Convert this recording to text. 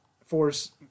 force